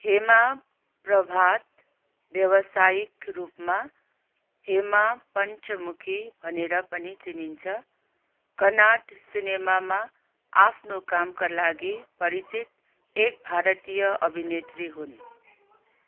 हेमा प्रभात व्यावसायिक रूपमा हेमा पञ्चमुखी भनेर पनि चिनिन्छ कन्नड सिनेमामा आफ्नो कामका लागि परिचित एक भारतीय अभिनेत्री हुन्